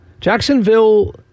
Jacksonville